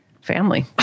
family